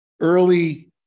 early